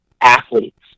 athletes